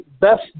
Best